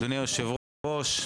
אדוני היושב-ראש,